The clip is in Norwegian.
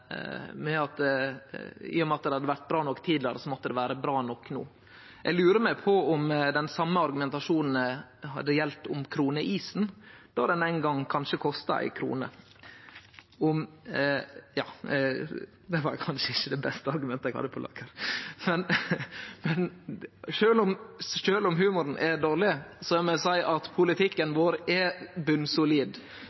i og med at det hadde vore bra nok tidlegare, måtte det vere bra nok no. Eg lurar på om den same argumentasjonen hadde gjeldt kroneisen, som ein gong kanskje kosta 1 kr. Det var kanskje ikkje det beste argumentet eg hadde på lager, men sjølv om humoren er dårleg, vil eg seie at politikken